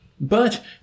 But